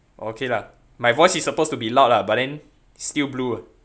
okay lah my voice is supposed to be loud ah but then still blue ah